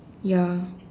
ya